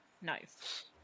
nice